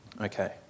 Okay